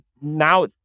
Now